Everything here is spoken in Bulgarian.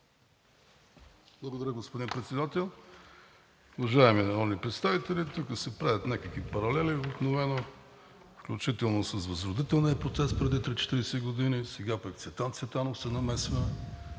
Благодаря, господин Председател. Уважаеми народни представители, тук се правят някакви паралели обикновено, включително с Възродителния процес преди 30 – 40 години, сега пък Цветан Цветанов се намесва,